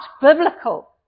biblical